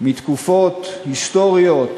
מתקופות היסטוריות